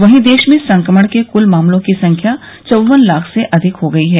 वहीं देश में संक्रमण के क्ल मामलों की संख्या चौवन लाख से अधिक हो गई है